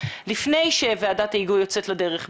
לפני שוועדת ההיגוי יוצאת לדרך.